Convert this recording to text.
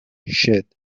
shed